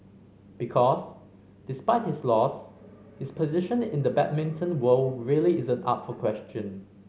because despite his loss his position in the badminton world really isn't up for question